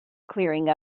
clearing